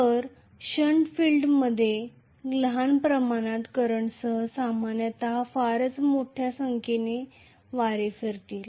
तर शंट फील्डमध्ये लहान प्रमाणात करंटसह सामान्यतः फारच मोठ्या संख्येने टर्न असतील